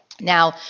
Now